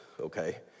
okay